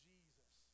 Jesus